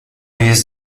jest